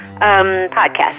podcast